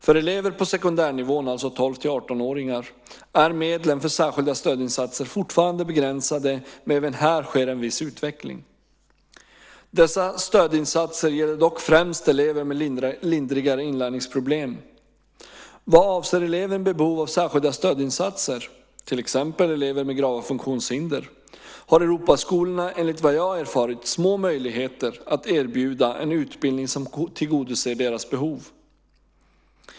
För elever på sekundärnivån, alltså 12-18-åringar, är medlen för särskilda stödinsatser fortfarande begränsade men även här sker en viss utveckling. Dessa stödinsatser gäller dock främst elever med lindrigare inlärningsproblem. Vad avser elever med behov av särskilda stödinsatser, till exempel elever med grava funktionshinder, har Europaskolorna enligt vad jag erfarit små möjligheter att erbjuda en utbildning som tillgodoser deras behov.